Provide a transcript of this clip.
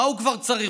מה הוא כבר צריך?